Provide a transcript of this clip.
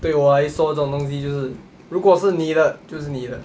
对我来说这种东西就是如果是你的就是你的